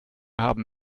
haben